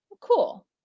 Cool